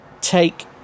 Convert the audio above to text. take